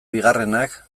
bigarrenak